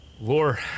Lore